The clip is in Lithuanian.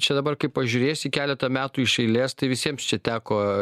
čia dabar kaip pažiūrėsi keleta metų iš eilės tai visiems čia teko